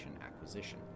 acquisition